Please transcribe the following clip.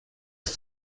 ist